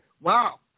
wow